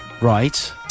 Right